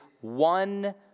one